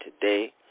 today